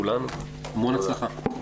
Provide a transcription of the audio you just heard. המון הצלחה.